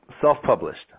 self-published